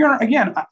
again